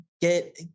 get